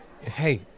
Hey